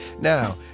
Now